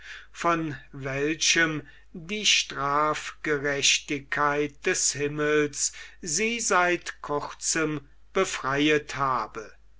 von welchem die strafgerechtigkeit des himmels sie seit kurzem befreiet habe